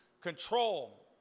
control